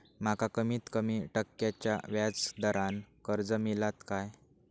माका कमीत कमी टक्क्याच्या व्याज दरान कर्ज मेलात काय?